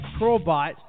Crowbot